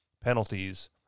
penalties